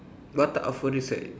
what